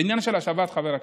בעניין של השבת, חבר הכנסת,